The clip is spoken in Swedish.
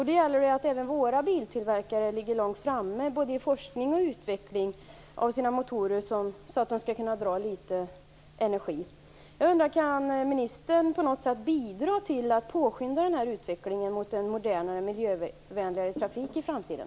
Då gäller det att även våra biltillverkare ligger långt framme beträffande både forskning och utveckling av motorerna, så att dessa drar litet energi. Kan ministern på något sätt bidra till att påskynda utvecklingen mot en modernare och miljövänligare trafik i framtiden?